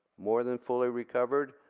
more than fully recovered,